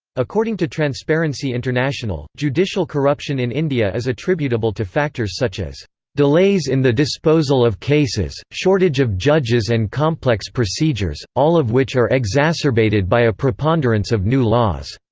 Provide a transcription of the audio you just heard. according to transparency international, judicial corruption in india is attributable to factors such as delays in the disposal of cases, shortage of judges and complex procedures, all of which are exacerbated by a preponderance of new laws.